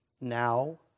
Now